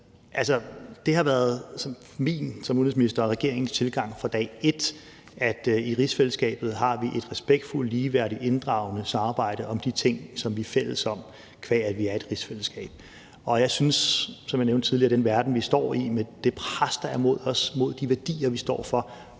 Det har været min som udenrigsminister og regeringens tilgang fra dag et, at vi i rigsfællesskabet har et respektfuldt, ligeværdigt, inddragende samarbejde om de ting, som vi er fælles om, qua at vi er et rigsfællesskab. Og jeg synes, som jeg nævnte tidligere, at vi i den verden, vi står i, med det pres, der er mod os, mod de værdier, vi står for,